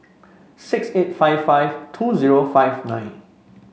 six eight five five two zero five nine